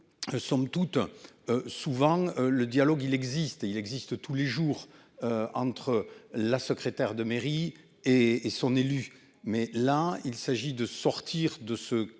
Somme toute. Souvent le dialogue il existe, il existe tous les jours. Entre la secrétaire de mairie et et son élu, mais là il s'agit de sortir de ce cadre